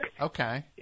Okay